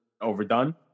overdone